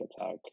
attack